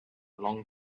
long